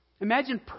Imagine